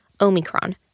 Omicron